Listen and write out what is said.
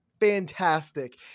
Fantastic